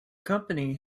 company